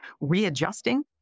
readjusting